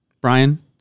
Brian